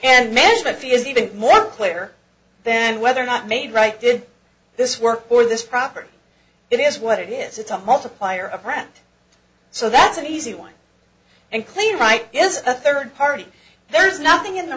and management fee is even more clear then whether or not made right did this work or this property it is what it is it's a multiplier of brand so that's an easy one and clean right is a third party there's nothing in the